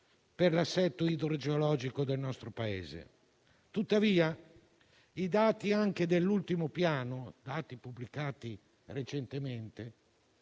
per l'assetto idrogeologico del nostro Paese. I dati anche dell'ultimo piano, pubblicati recentemente,